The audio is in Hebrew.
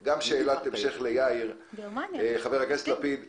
בהמשך למה שחבר הכנסת לפיד אמר,